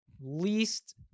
least